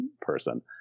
person